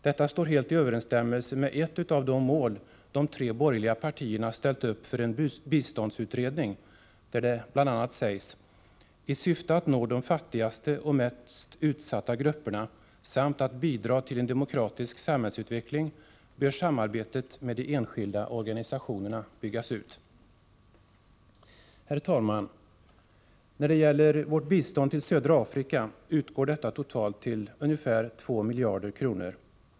Detta står helt i överensstämmelse med ett av de mål de tre borgerliga partierna ställt upp för en biståndsutredning, där det bl.a. sägs: ”I syfte att nå de fattigaste och mest utsatta grupperna samt att bidra till en demokratisk samhällsutveckling bör samarbetet med de enskilda organisationerna byggas Herr talman! Vårt bistånd till södra Afrika uppgår totalt till ca 2 miljarder kronor.